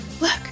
Look